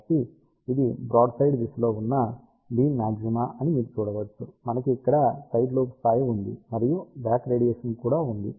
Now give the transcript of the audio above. కాబట్టి ఇది బ్రాడ్సైడ్ దిశలో ఉన్న బీమ్ మాగ్జిమా అని మీరు చూడవచ్చు మనకు ఇక్కడ సైడ్ లోబ్ స్థాయి ఉంది మరియు బ్యాక్ రేడియేషన్ కూడా ఉంది